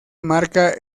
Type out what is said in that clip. marca